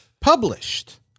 Published